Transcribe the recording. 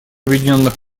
объединенных